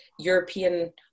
european